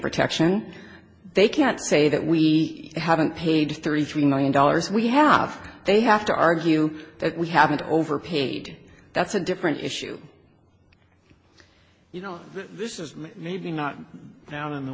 protection they can't say that we haven't paid thirty three million dollars we have they have to argue that we haven't overpaid that's a different issue you know this is maybe not now in the